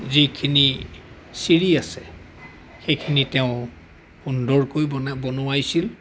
যিখিনি চিৰি আছে সেইখিনি তেওঁ সুন্দৰকৈ বনা বনোৱাইছিল